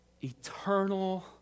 eternal